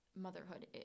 motherhood